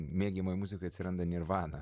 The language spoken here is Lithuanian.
mėgiamoj muzikoj atsiranda nirvana